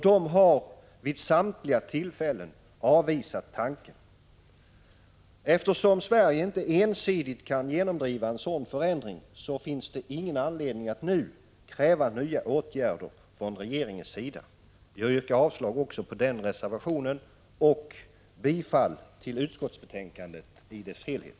De har vid samtliga tillfällen avvisat tanken. Eftersom Sverige inte ensidigt kan genomdriva en sådan förändring, finns det ingen anledning att kräva nya åtgärder från regeringens sida. Jag yrkar avslag också på den reservationen och bifall till utskottets hemställan i dess helhet.